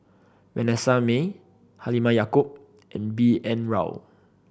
Vanessa Mae Halimah Yacob and B N Rao